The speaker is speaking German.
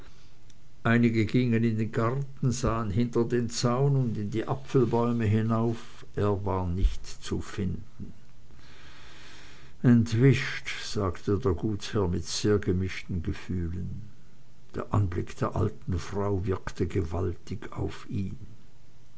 einige gingen in den garten sahen hinter den zaun und in die apfelbäume hinauf er war nicht zu finden entwischt sagte der gutsherr mit sehr gemischten gefühlen der anblick der alten frau wirkte gewaltig auf ihn